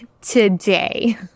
today